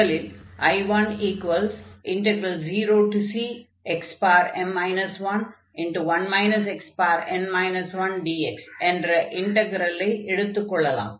முதலில் I10cxm 11 xn 1dx என்ற இன்டக்ரலை எடுத்துக் கொள்ளலாம்